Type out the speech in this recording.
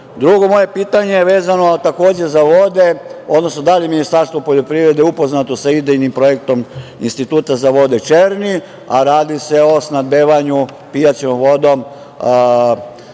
moje pitanje vezano je takođe za vode, odnosno da li Ministarstvo poljoprivrede upoznato sa idejnim projektom Institutom za vode Černi, a radi se o snabdevanju pijaćom vodom